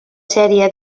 sèrie